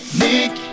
nick